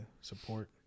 support